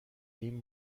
این